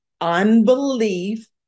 unbelief